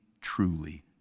truly